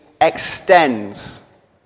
extends